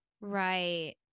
Right